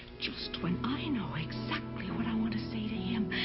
just when i you know like so what i want to say to him,